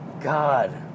God